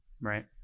right